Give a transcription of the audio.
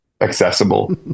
accessible